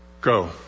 Go